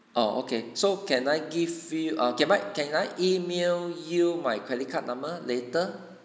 oh okay so can I give you err can I can I mail you my credit card number later